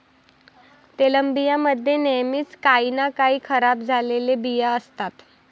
तेलबियां मध्ये नेहमीच काही ना काही खराब झालेले बिया असतात